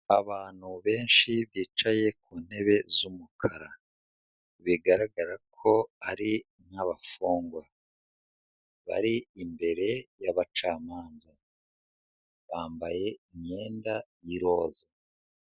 Abantu benshi bicaye ku ntebe z'umukara, bigaragara ko ari nk'abafungwa bari imbere y'abacamanza bambaye imyenda y'iroza.